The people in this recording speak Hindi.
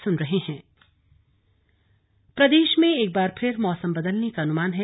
मौसम प्रदेश में एक बार फिर मौसम बदलने का अनुमान है